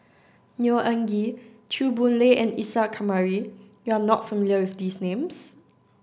Neo Anngee Chew Boon Lay and Isa Kamari you are not familiar with these names